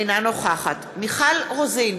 אינה נוכחת מיכל רוזין,